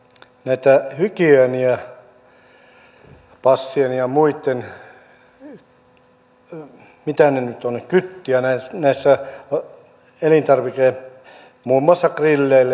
näiden hygieniapassien ja muiden mitä ne nyt ovat kytät muun muassa grilleillä